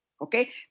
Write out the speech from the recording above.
Okay